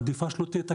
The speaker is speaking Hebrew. עדיף שלא תהיה תקנה,